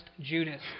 Judas